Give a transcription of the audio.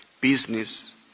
business